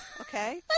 Okay